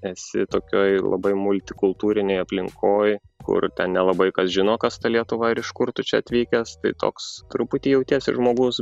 esi tokioj labai multikultūrinėj aplinkoj kur ten nelabai kas žino kas ta lietuva ir iš kur tu čia atvykęs tai toks truputį jautiesi žmogus